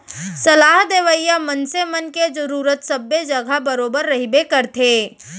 सलाह देवइया मनसे मन के जरुरत सबे जघा बरोबर रहिबे करथे